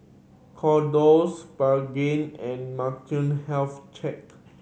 Kordel's Pregain and health check